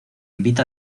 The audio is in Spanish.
invita